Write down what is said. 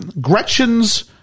Gretchen's